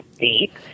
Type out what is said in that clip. deep